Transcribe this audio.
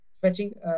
fetching